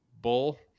bull